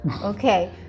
Okay